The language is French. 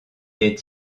est